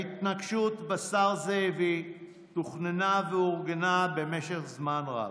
ההתנקשות בשר זאבי תוכננה ואורגנה במשך זמן רב,